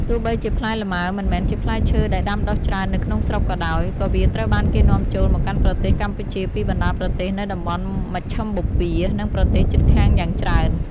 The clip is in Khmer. ទោះបីជាផ្លែលម៉ើមិនមែនជាផ្លែឈើដែលដាំដុះច្រើននៅក្នុងស្រុកក៏ដោយ ក៏វាត្រូវបានគេនាំចូលមកកាន់ប្រទេសកម្ពុជាពីបណ្តាប្រទេសនៅតំបន់មជ្ឈិមបូព៌ា និងប្រទេសជិតខាងយ៉ាងច្រើន។